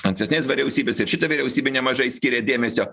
ankstesnės vyriausybės ir šita vyriausybė nemažai skiria dėmesio